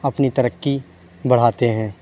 اپنی ترقی بڑھاتے ہیں